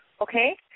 okay